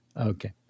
Okay